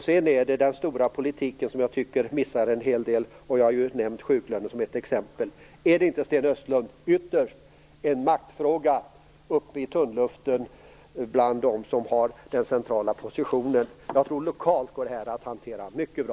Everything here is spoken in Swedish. Sedan är det den stora politiken som jag tycker missar en hel del. Jag har nämnt sjuklönen som exempel. Är det inte, Sten Östlund, ytterst en maktfråga uppe i tunnluften bland dem som har den centrala positionen? Lokalt tror jag att det här går att hantera mycket bra.